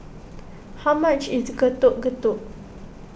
how much is Getuk Getuk